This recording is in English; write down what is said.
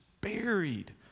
buried